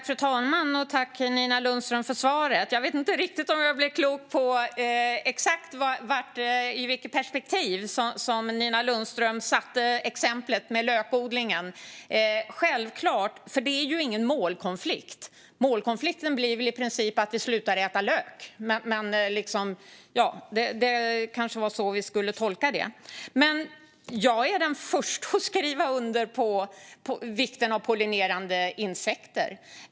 Fru talman! Jag tackar Nina Lundström för svaret. Men jag vet inte riktigt om jag blev klok på exakt i vilket perspektiv Nina Lundström satte exemplet med lökodlingen. Det är ju ingen målkonflikt. Målkonflikten skulle väl i princip handla om att vi slutar äta lök. Det kanske var så vi skulle tolka det. Jag är den första att skriva under på vikten av pollinerande insekter.